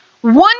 One